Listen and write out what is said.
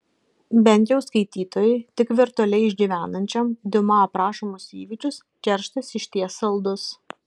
bent jau skaitytojui tik virtualiai išgyvenančiam diuma aprašomus įvykius kerštas išties saldus